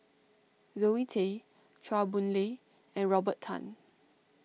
Zoe Tay Chua Boon Lay and Robert Tan